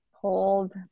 hold